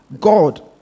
God